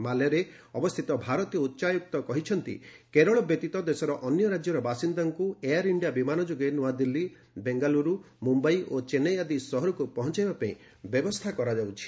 ମାଲେରେ ଅବସ୍ଥିତ ଭାରତୀୟ ଉଚ୍ଚାୟକ୍ତ କହିଛନ୍ତି କେରଳ ବ୍ୟତୀତ ଦେଶର ଅନ୍ୟ ରାଜ୍ୟର ବାସିନ୍ଦାଙ୍କୁ ଏୟାର୍ ଇଣ୍ଡିଆ ବିମାନ ଯୋଗେ ନୂଆଦିଲ୍ଲୀ ବେଙ୍ଗାଲୁରୁ ମୁମ୍ବାଇ ଓ ଚେନ୍ନାଇ ଆଦି ସହରକ୍ ପହଞ୍ଚାଇବା ପାଇଁ ବ୍ୟବସ୍ଥା କରାଯାଉଛି